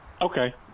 Okay